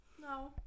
No